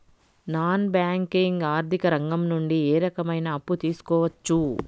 Non banking ఆర్థిక రంగం నుండి ఏ రకమైన అప్పు తీసుకోవచ్చు?